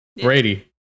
Brady